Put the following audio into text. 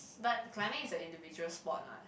but climbing is a individual sport what